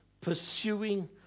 pursuing